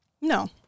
No